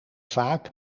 vaak